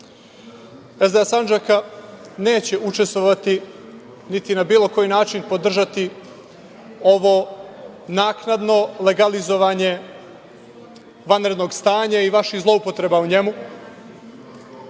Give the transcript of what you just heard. Sandžaka neće učestvovati, niti na bilo koji način podržati ovo naknadno legalizovanje vanrednog stanja i vaših zloupotreba u njemu.